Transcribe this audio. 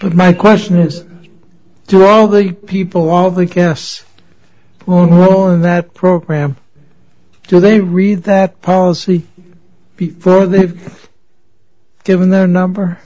but my question is do all the people all the guests all in that program do they read that policy before they've given their number